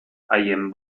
haien